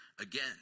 again